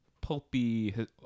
pulpy